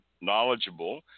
knowledgeable